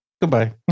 goodbye